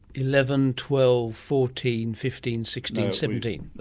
eleven, twelve, fourteen, fifteen, sixteen, seventeen. no,